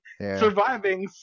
surviving